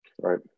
Right